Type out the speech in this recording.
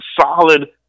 Solid